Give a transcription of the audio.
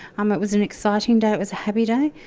um it was an exciting day, it was a happy day,